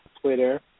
Twitter